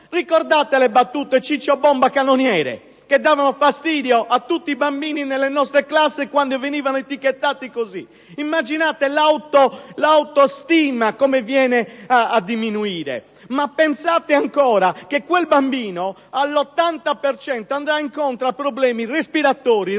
Ricordate le battute tipo "Cicciabomba cannoniere", che davano fastidio a tutti i bambini delle nostre classi quando venivano etichettati così? Immaginate l'autostima come viene a diminuire. Pensate poi che quel bambino all'80 per cento andrà incontro a problemi respiratori e renali